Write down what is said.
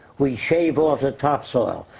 we shave off the top soil.